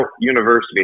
university